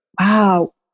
Wow